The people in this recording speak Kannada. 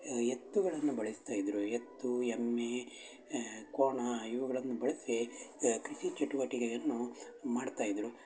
ಎತ್ತುಗಳನ್ನು ಬಳಸ್ತಾ ಇದ್ದರು ಎತ್ತು ಎಮ್ಮೇ ಕೋಣಾ ಇವುಗಳನ್ನು ಬಳಸಿ ಕೃಷಿ ಚಟುವಟಿಕೆಯನ್ನು ಮಾಡ್ತಾಯಿದ್ರು